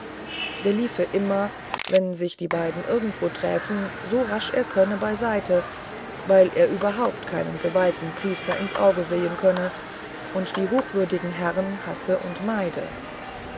der liefe immer wenn sich die beiden irgendwo träfen so rasch er könne beiseite weil er überhaupt keinem geweihten priester ins auge sehen könne und die hochwürdigen herren hasse und meide